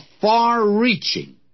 far-reaching